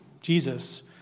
Jesus